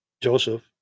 Joseph